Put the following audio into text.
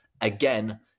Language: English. again